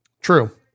True